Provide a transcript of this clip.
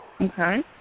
Okay